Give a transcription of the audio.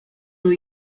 new